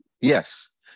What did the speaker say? Yes